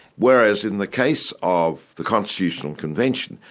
whereas in the case of the constitutional convention,